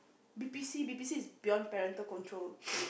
B_P_C B_P_C is beyond parental control